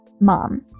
mom